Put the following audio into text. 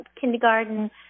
kindergarten